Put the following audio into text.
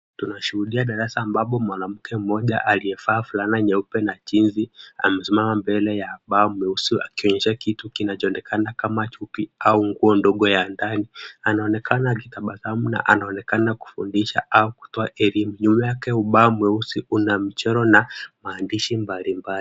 Tunashuhudia darasa ambapo mwanamke mmoja aliyevaa fulana nyeupe na jeans amesimama mbele ya ubao mweusi akionyesha kitu kinachoobekana kama chupi au nguo ndogo ya ndani. Anaonekana akitabasamu na anaonekana kufundisha au kutoa elimu. Juu yake ubao mweusi una michoro na maandishi mbalimbali.